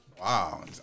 wow